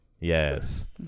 Yes